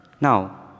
Now